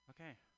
okay